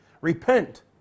repent